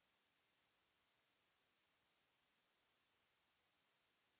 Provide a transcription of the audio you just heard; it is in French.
Merci